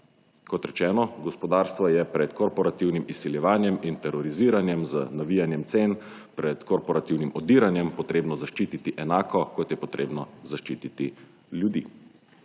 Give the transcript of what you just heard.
Kot rečeno gospodarstvo je pred korporativnimi izsiljevanjem in teroriziranjem z navijanjem cen pred korporativnim udiranjem potrebno zaščititi enako kot je potrebno zaščititi ljudi.